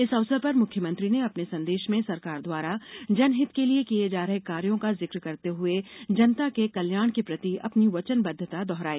इस अवसर पर मुख्यमंत्री ने अपने संदेश में सरकार द्वारा जनहित के लिए किये जा रहे कार्यों का जिक्र करते हुए जनता के कल्याण के प्रति अपनी वचनबद्धता दोहराई